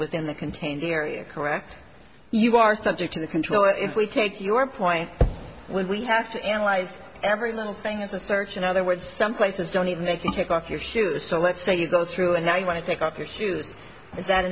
within the contained area correct you are subject to the control if we take your point when we have to analyze every little thing it's a search in other words some places don't even make you take off your shoes so let's say you go through and now you want to take off your shoes is that